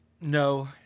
no